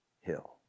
hill